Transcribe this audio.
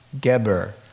Geber